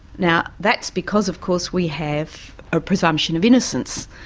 now, that's because, of course, we have a presumption of innocence.